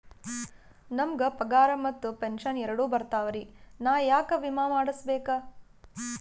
ನಮ್ ಗ ಪಗಾರ ಮತ್ತ ಪೆಂಶನ್ ಎರಡೂ ಬರ್ತಾವರಿ, ನಾ ಯಾಕ ವಿಮಾ ಮಾಡಸ್ಬೇಕ?